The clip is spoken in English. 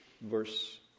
verse